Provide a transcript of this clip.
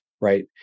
right